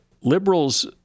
liberals